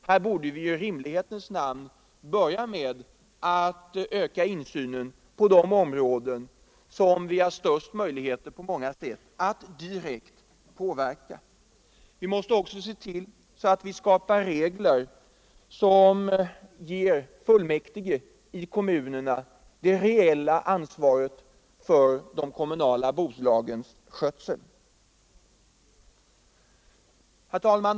Vi borde i rimlighetens namn börja med att öka insynen på de områden som vi på många sätt har de största möjligheterna att direkt påverka. Vi måste också se till att skapa regler som ger fullmäktige i kommunerna det reella ansvaret för de kommunala bolagens skötsel. Herr talman!